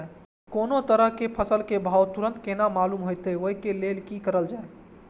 कोनो तरह के फसल के भाव तुरंत केना मालूम होते, वे के लेल की करल जाय?